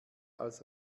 als